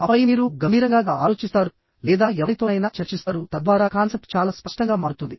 ఆపై మీరు గంబీరంగా గా ఆలోచిస్తారు లేదా ఎవరితోనైనా చర్చిస్తారు తద్వారా కాన్సెప్ట్ చాలా స్పష్టంగా మారుతుంది